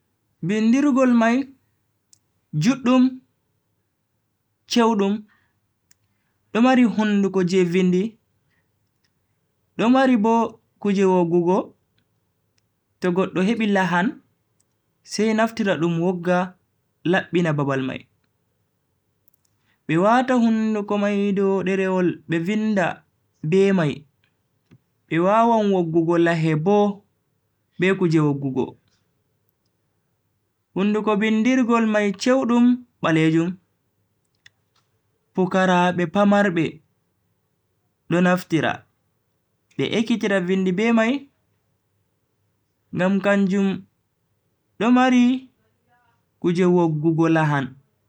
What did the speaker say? Bindirgol mai juddum, chewdum, do mari hunduko je vindi, do mari Bo kuje woggugo to goddo hebi lahan sai naftira dum wogga labbina babal mai. be wata hunduko mai dow derewol be vinda be mai be wawan woggugo lahe bo be kuje woggugo. Hunduko bindirgol mai chewdum balejum, pukaraabe pamarbe do naftira be ekkitira vindi be mai ngam kanjum do mari kuje woggugo lahan.